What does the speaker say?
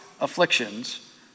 afflictions